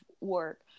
work